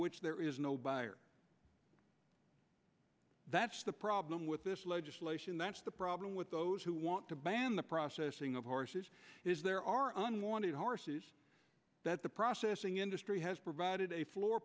which there is no buyer that's the problem with this legislation that's the problem with those who want to ban the processing of horses is there are unwanted horses that the processing industry has provided a floor